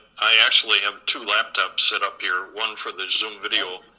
i actually have two laptops set up here, one for the zoom video.